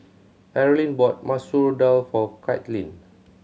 Arlyne bought Masoor Dal for Kaitlin